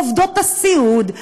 עבודות סיעוד,